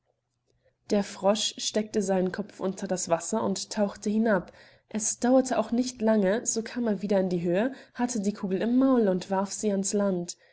der frosch steckte seinen kopf unter das wasser und tauchte hinab es dauerte auch nicht lange so kam er wieder in die höhe hatte die kugel im maul und warf sie ans land